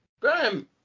Graham